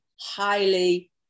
highly